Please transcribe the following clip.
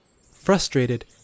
Frustrated